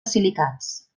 silicats